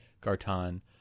Garton